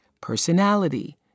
personality